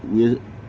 你